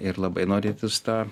ir labai norėtųsi tą